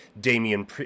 Damian